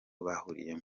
bahuriyemo